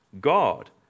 God